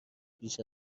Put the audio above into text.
بیش